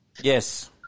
Yes